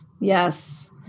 yes